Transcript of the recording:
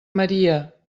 maria